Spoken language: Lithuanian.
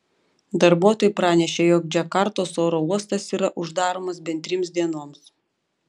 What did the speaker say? darbuotojai pranešė jog džakartos oro uostas yra uždaromas bent trims dienoms